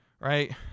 right